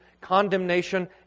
condemnation